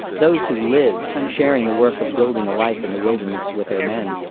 those who lived, sharing the work of building a life in the wilderness with their men,